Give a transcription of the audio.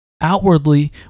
outwardly